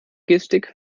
gestik